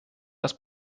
das